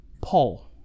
Paul